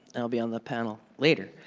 i'll be on the panel later.